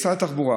משרד התחבורה